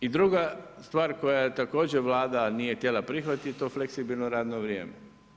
I druga stvar koju također Vlada nije htjela prihvatiti, to fleksibilno radno vrijeme.